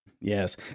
Yes